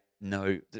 no